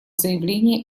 заявление